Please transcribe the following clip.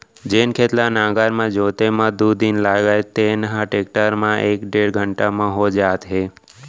जेन खेत ल नांगर म जोते म दू दिन लागय तेन ह टेक्टर म एक डेढ़ घंटा म हो जात हे